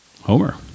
Homer